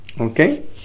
okay